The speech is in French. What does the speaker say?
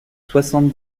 soixante